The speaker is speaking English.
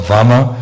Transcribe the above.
Vama